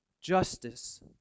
justice